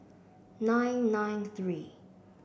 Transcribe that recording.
nine nine three